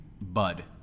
bud